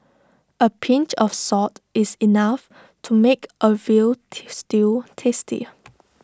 A pinch of salt is enough to make A Veal Stew tasty